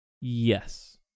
Yes